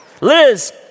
Liz